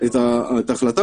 לכן,